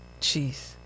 Jeez